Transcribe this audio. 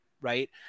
right